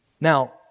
Now